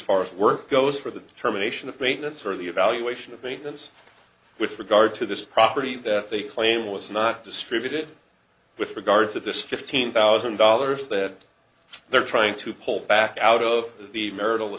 far as work goes for the determination of maintenance or the evaluation of maintenance with regard to this property that they claim was not distributed with regard to this fifteen thousand dollars that they're trying to pull back out of the marital